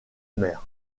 mer